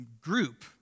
group